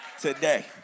today